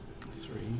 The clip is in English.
Three